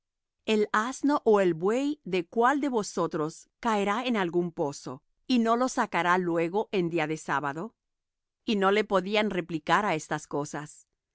el asno ó el buey de cuál de vosotros caerá en algún pozo y no lo sacará luego en día de sábado y no le podían replicar á estas cosas